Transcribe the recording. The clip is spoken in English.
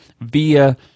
via